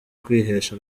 kwihesha